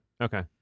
Okay